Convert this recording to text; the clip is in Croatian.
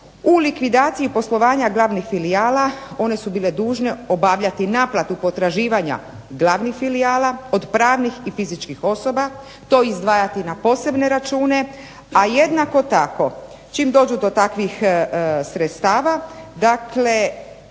U likvidaciji poslovanja glavnih filijala one su bile dužne obavljati naplatu potraživanja glavnih filijala od pravnih i fizičkih osoba to izdvajati na posebne račune, a jednako tako čim dođu do takvih sredstava dakle